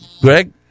Greg